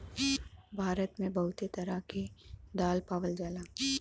भारत मे बहुते तरह क दाल पावल जाला